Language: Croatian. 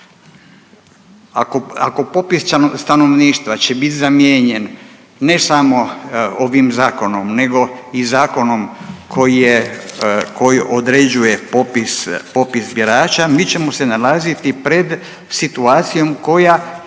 ako popis stanovništva će bit zamijenjen ne samo ovim zakonom nego i zakonom koji je koji određuje popis birača, mi ćemo se nalaziti pred situacijom koja